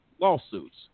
lawsuits